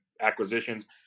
acquisitions